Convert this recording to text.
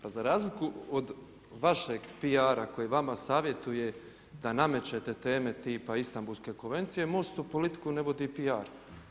Pa za razliku od vašeg PR-a koji vama savjetuje da namećete teme tipa Istanbulska konvencije Mostu politiku ne vodi PR.